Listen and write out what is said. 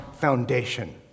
foundation